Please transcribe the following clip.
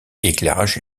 éclairage